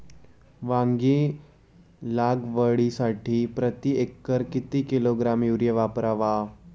वांगी लागवडीसाठी प्रती एकर किती किलोग्रॅम युरिया वापरावा?